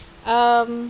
um